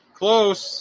close